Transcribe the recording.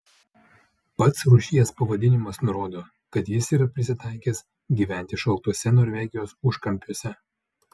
pats rūšies pavadinimas nurodo kad jis yra prisitaikęs gyventi šaltuose norvegijos užkampiuose